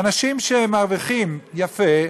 אנשים שמרוויחים יפה,